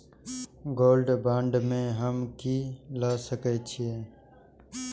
Gold bond में हम की ल सकै छियै?